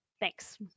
Thanks